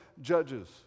judges